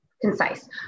concise